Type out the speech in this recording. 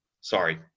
Sorry